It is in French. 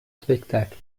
spectacle